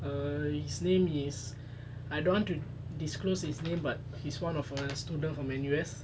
err his name is I don't want to disclose his name but he's one of a student from N_U_S